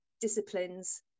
disciplines